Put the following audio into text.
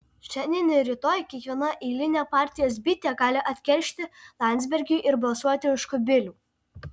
šiandien ir rytoj kiekviena eilinė partijos bitė gali atkeršyti landsbergiui ir balsuoti už kubilių